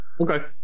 Okay